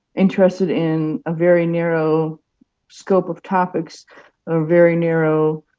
interested in a very narrow scope of topics or very narrow